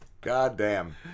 goddamn